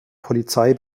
polizei